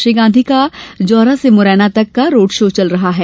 श्री गांधी का जौरा से मुरैना तक का रोडशो चल रहा है